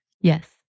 Yes